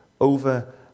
over